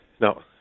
no